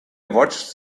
watched